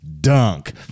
dunk